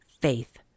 faith